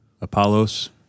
Apollos